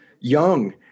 young